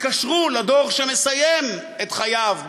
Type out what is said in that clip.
יתקשרו לדור שמסיים את חייו,